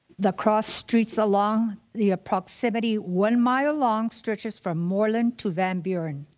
the cross streets along the proximity one mile long stretched from moreland to van buren,